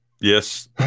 Yes